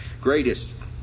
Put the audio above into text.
greatest